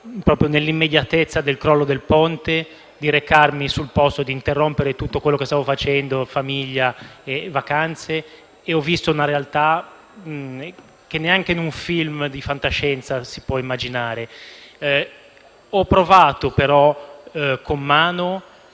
dovere, nell'immediatezza del crollo del ponte, di recarmi sul posto e interrompere tutto quello che stavo facendo (famiglia e vacanze). Lì ho visto una realtà che neanche in un film di fantascienza si può immaginare. Ho toccato però con mano